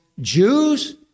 Jews